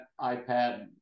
iPad